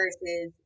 versus